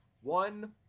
one